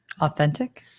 Authentic